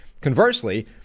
Conversely